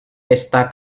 pesta